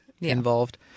involved